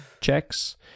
checks